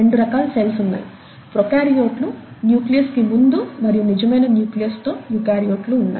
రెండు రకాల సెల్స్ ఉన్నాయి ప్రొకార్యోట్లు న్యూక్లియస్కు ముందు మరియు నిజమైన న్యూక్లియస్ తో యూకారియోట్లు ఉన్నాయి